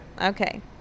okay